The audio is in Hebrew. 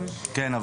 כן,